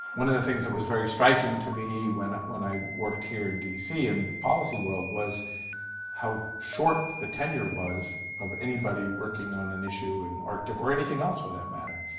one of the things that was very striking to me, when when i worked here in dc and policy world, was how short the tenure was, of anybody working on an issue in arctic or anything else for that matter,